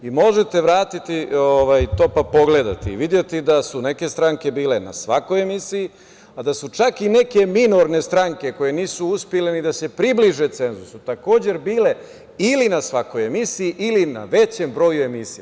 Možete vratiti to, pa pogledati i videti da su neke stranke bile na svakoj emisiji, a da su čak i neke minorne stranke koje nisu uspele ni da se približe cenzusu takođe bile ili na svakoj emisiji ili na većem broju emisija.